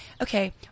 okay